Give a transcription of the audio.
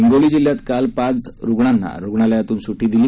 हिंगोली जिल्ह्यात काल पाच रुग्णांना रुग्णालयातून सुटी देण्यात आली